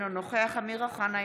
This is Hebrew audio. אינו נוכח אמיר אוחנה,